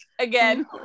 again